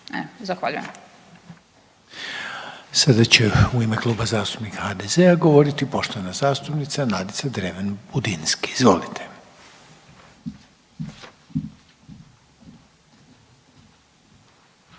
(HDZ)** Sada će u ime Kluba zastupnika HDZ-a govoriti poštovana zastupnica Nada Murganić, izvolite.